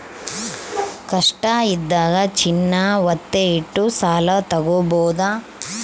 ಕಷ್ಟ ಇದ್ದಾಗ ಚಿನ್ನ ವತ್ತೆ ಇಟ್ಟು ಸಾಲ ತಾಗೊಬೋದು